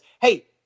Hey